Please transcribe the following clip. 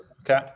Okay